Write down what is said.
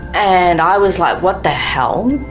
and i was like, what the hell,